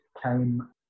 Came